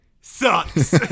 sucks